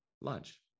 lunch